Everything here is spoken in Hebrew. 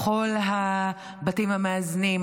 בכל הבתים המאזנים,